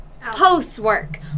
post-work